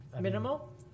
minimal